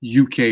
uk